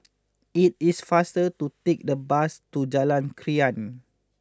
it is faster to take the bus to Jalan Krian